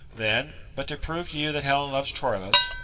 then! but to prove to you that helen loves troilus